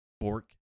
Fork